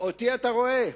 אותי אתה רואה,